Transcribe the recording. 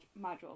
modules